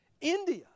India